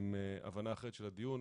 עם הבנה אחרת לדיון.